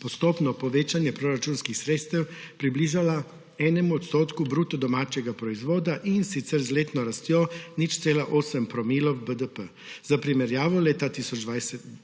postopno povečanje proračunskih sredstev in približalo enemu odstotku bruto domačega proizvoda, in sicer z letno rastjo 0,8 promila v BDP. Za primerjavo leta 2020